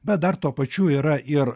bet dar tuo pačiu yra ir